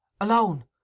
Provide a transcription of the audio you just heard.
Alone